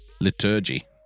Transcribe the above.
Liturgy